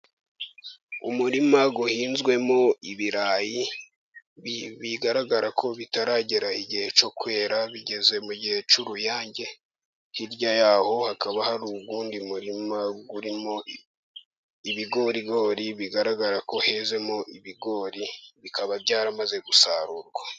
Umurima uhinzwemo ibirayi bigaragara ko bitaragera igihe cyo kwera, bigeze mu gihe cy'uruyange, hirya yaho hakaba hari uwundi murima urimo ibigorigori bigaragara ko hezemo ibigori, bikaba byaramaze gusarurwa.